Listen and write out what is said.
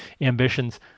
ambitions